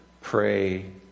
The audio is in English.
Pray